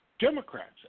Democrats